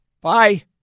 Bye